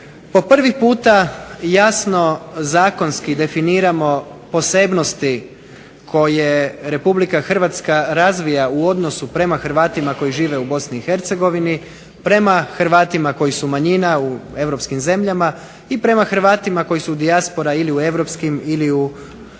Po prvi puta jasno zakonski definiramo posebnosti koje Republika Hrvatska razvija u odnosu prema Hrvatima koji žive u Bosni i Hercegovini, prema Hrvatima koji su manjina u europskim zemljama i prema Hrvatima koji su dijaspora ili u europskim ili u